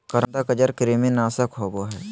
करौंदा के जड़ कृमिनाशक होबा हइ